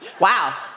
wow